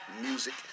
music